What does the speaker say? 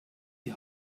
die